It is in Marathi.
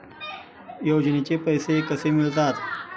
योजनेचे पैसे कसे मिळतात?